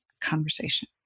conversation